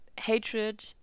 Hatred